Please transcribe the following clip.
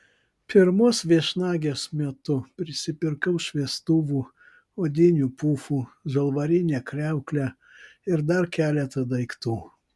pirmos viešnagės metu prisipirkau šviestuvų odinių pufų žalvarinę kriauklę ir dar keletą daiktų